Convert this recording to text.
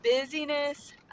busyness